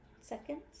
seconds